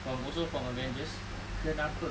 from also from avengers kenapa